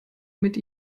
mit